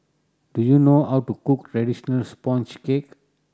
do you know how to cook traditional sponge cake